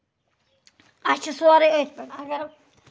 اَسہِ چھُ سورُے أتھۍ پٮ۪ٹھ اَگر